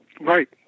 Right